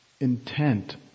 intent